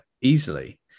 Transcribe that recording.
easily